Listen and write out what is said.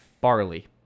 Barley